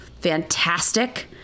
fantastic